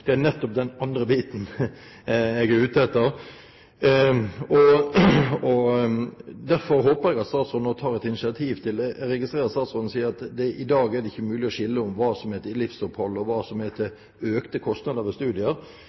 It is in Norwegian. Det er nettopp den andre biten jeg er ute etter, og derfor håper jeg at statsråden nå tar et initiativ til det. Jeg registrerer at statsråden sier at det i dag ikke er mulig å skille mellom hva som går til livsopphold, og hva som går til økte kostnader ved studier.